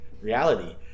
reality